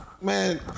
man